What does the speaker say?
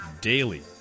daily